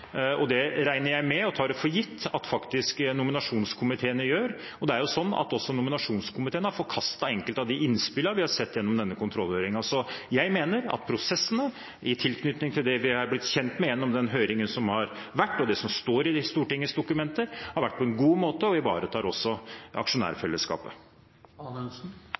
Det regner jeg med og tar for gitt at nominasjonskomiteene faktisk gjør, og det er jo også sånn at nominasjonskomiteene har forkastet enkelte av de innspillene vi har sett gjennom denne kontrollhøringen. Jeg mener at prosessene i tilknytning til det vi er blitt kjent med gjennom høringen som har vært, og det som står i Stortingets dokumenter, har vært gode og at de også ivaretar